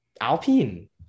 Alpine